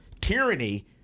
Tyranny